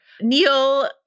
Neil